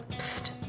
psst,